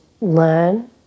learn